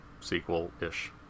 sequel-ish